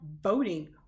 Voting